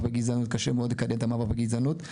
בגזענות קשה מאוד לקדם את המאבק בגזענות.